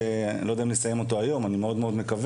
ואני לא יודע אם נסיים אותו היום; אני מאוד מקווה